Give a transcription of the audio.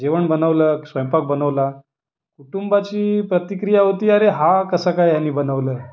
जेवण बनवलं स्वयंपाक बनवला कुटुंबाची प्रतिक्रिया होती अरे हा कसा काय यानी बनवलं